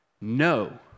No